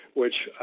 which